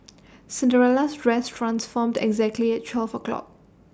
Cinderella's dress transformed exactly at twelve o' clock